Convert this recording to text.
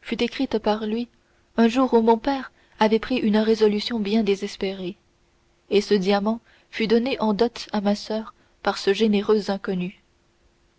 fut écrite par lui un jour où mon père avait pris une résolution bien désespérée et ce diamant fut donné en dot à ma soeur par ce généreux inconnu